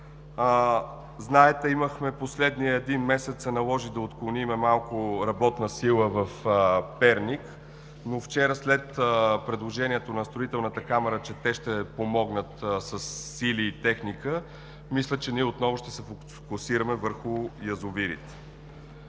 към тези 182. Последният един месец се наложи, знаете, да отклоним малко работна сила в Перник, но вчера след предложението на Строителната камара, че те ще помогнат със сили и техника, мисля, че ние отново ще се фокусираме върху язовирите.